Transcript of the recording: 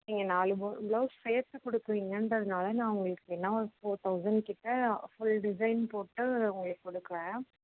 நீங்கள் நாலு பிளவுஸ் சேர்த்து கொடுக்குறீங்கன்றதுனால நான் உங்களுக்கு வேணுனா ஒரு ஃபோர் தௌசண்ட் கிட்டே ஃபுல் டிசைன் போட்டு உங்களுக்கு கொடுக்குறேன்